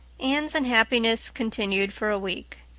anne's unhappiness continued for a week.